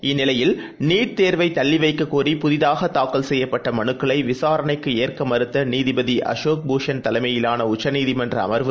இந்நிலையில் நீட் தேர்வைதள்ளிவைக்கக் கோரி புதிதாகதாக்கல் செய்யப்பட்டமனுக்களைவிசாரணைக்குஏற்கமறுத்தநீதிபதிஅசோக் பூஷன் தலைமையிலானஉச்சநீதிமன்றஅமர்வு